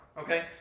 okay